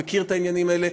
והוא מכיר את העניינים האלה,